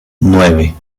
nueve